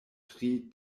tri